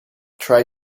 try